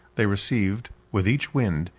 they received, with each wind,